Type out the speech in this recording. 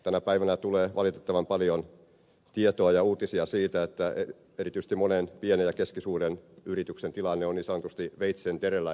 tänä päivänä tulee valitettavan paljon tietoa ja uutisia siitä että erityisesti monen pienen ja keskisuuren yrityksen tilanne on niin sanotusti veitsenterällä